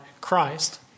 Christ